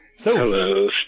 Hello